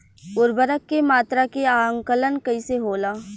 उर्वरक के मात्रा के आंकलन कईसे होला?